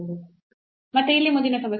ಇಲ್ಲಿ ಮತ್ತೆ ಮುಂದಿನ ಸಮಸ್ಯೆ